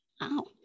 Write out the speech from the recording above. Wow